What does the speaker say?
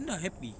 not happy